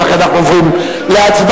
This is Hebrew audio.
ולכן אנחנו עוברים להצבעה.